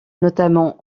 notamment